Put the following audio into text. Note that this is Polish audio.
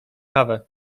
kawę